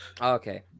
Okay